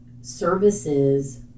services